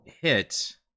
hit